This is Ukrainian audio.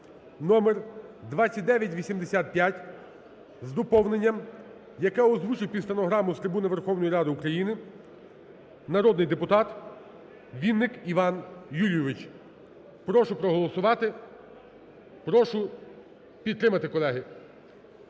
(номер 2985) з доповненням, яке озвучив під стенограму з трибуни Верховної Ради України народний депутат Вінник Іван Юрійович. Прошу проголосувати. Прошу підтримати, колеги.